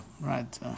Right